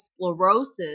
sclerosis